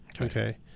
Okay